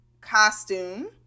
costume